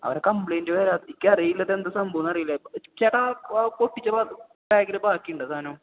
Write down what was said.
അവരെ കംപ്ലീറ്റ് വേറെ എനിക്കറിയില്ല ഇതെന്താണ് സംഭവമെന്ന് അറിയില്ല ചേട്ടാ ആ പൊട്ടിച്ച പാ പാക്കറ്റ് ബാക്കിയുണ്ടോ സാധനം